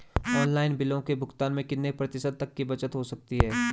Online बिलों के भुगतान में कितने प्रतिशत तक की बचत हो सकती है?